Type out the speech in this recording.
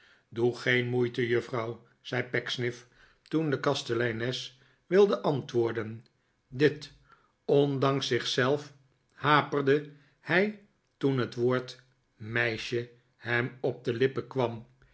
doe geen moeite juffrouw zei pecksniff toen de kasteleines wilde antwoorden bit ondanks zich zelf haperde hij toen het woord meisje hem op de lippen kwam